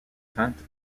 teinte